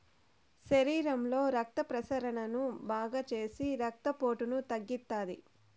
శరీరంలో రక్త ప్రసరణను బాగాచేసి రక్తపోటును తగ్గిత్తాది